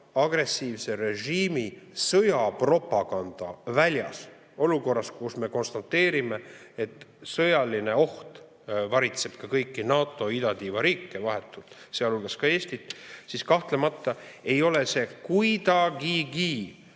agressiivse režiimi sõjapropaganda väljas, olukorras, kus me konstateerime, et sõjaline oht varitseb vahetult ka kõiki NATO idatiiva riike, sealhulgas Eestit, siis kahtlemata ei ole see kuidagigi